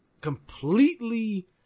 completely